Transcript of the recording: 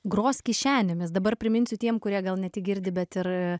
gros kišenėmis dabar priminsiu tiem kurie gal ne tik girdi bet ir